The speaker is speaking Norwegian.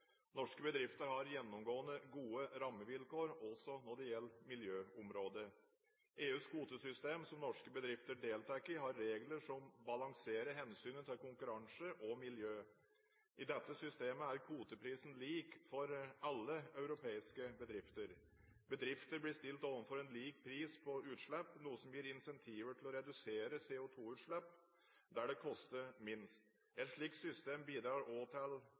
balanserer hensynet til konkurranse og miljø. I dette systemet er kvoteprisen lik for alle europeiske bedrifter. Bedrifter blir stilt overfor en lik pris på utslipp, noe som gir incentiver til å redusere CO2-utslipp der det koster minst. Et slikt system bidrar òg til